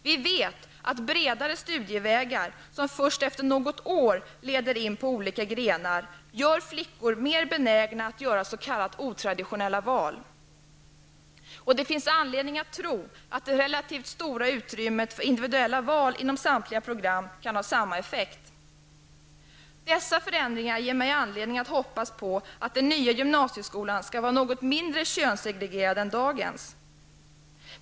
Vi vet att bredare studievägar som först efter något år leder in på olika grenar gör flickor mer benägna att göra s.k. otraditionella val. Det finns anledning att tro att det relativt stora utrymmet för individuella val inom samtliga program kan ha samma effekt. Dessa förändringar ger mig anledning att hoppas på att den nya gymnasieskolan skall vara något mindre könssegregerad än dagens.